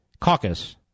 caucus